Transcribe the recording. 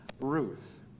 Ruth